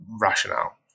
rationale